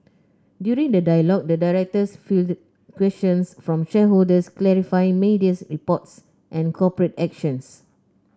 during the dialogue the directors questions from shareholders clarifying media reports and corporate actions